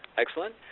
excellent.